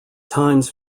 times